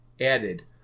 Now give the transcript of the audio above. added